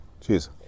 cheers